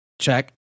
check